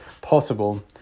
possible